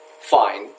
fine